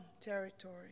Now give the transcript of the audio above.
territory